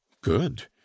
good